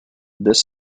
this